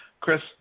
Chris